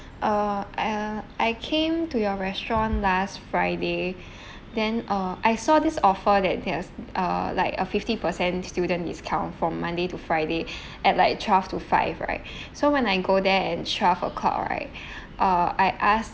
uh uh I came to your restaurant last friday then uh I saw this offer that there's uh like a fifty percent student discount from monday to friday at like twelve to five right so when I go there at twelve o'clock right uh I asked